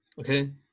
okay